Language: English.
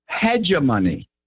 Hegemony